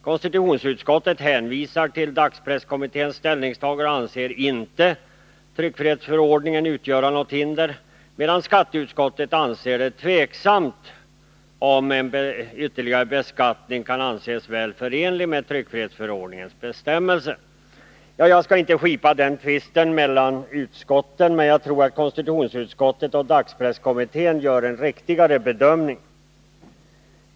Konstitutionsutskottet hänvisar till dagspresskommitténs ställningstagande och anser inte tryckfrihetsförordningen utgöra något hinder, medan skatteutskottet anser det tveksamt om ytterligare beskattning kan anses väl förenlig med tryckfrihetsförordningens bestämmelser. Jag skall inte slita den tvisten mellan utskotten, men jag tror att konstitutionsutskottet och dagspresskommittén gör en riktigare bedömning.